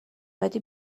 بدی